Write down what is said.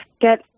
get